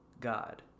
God